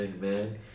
man